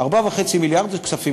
4.5 מיליארד זה כספים